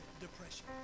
depression